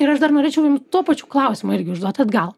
ir aš dar norėčiau jum tuo pačiu klausimą irgi užduot atgal